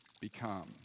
become